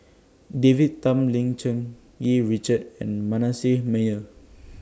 David Tham Lim Cherng Yih Richard and Manasseh Meyer